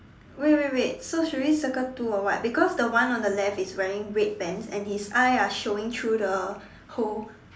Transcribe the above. wait wait wait so should we circle two or what because the one on the left is wearing red pants and his eyes are showing through the hole